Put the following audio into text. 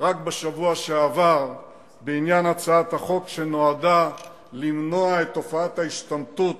רק בשבוע שעבר בעניין הצעת החוק שנועדה למנוע את תופעת ההשתמטות